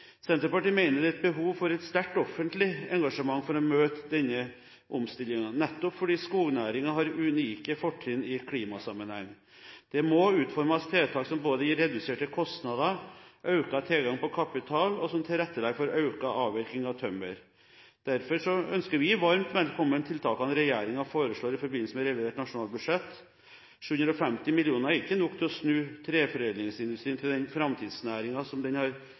Senterpartiet mener det er behov for et sterkt offentlig engasjement for å møte denne omstillingen, nettopp fordi skognæringen har unike fortrinn i klimasammenheng. Det må utformes tiltak som gir både reduserte kostnader, økt tilgang på kapital, og som tilrettelegger for økt avvirking av tømmer. Derfor ønsker vi tiltakene regjeringen foreslår i forbindelse med revidert nasjonalbudsjett varmt velkommen. 750 mill. kr er ikke nok til å snu treforedlingsindustrien til den framtidsnæringen som den har